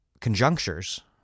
conjunctures